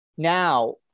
Now